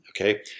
Okay